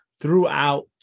throughout